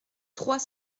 trois